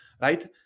right